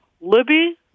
Libby